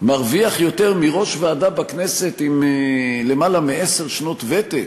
מרוויח יותר מראש ועדה בכנסת עם למעלה מעשר שנות ותק.